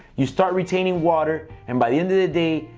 you start retaining water and by the end of the day,